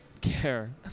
care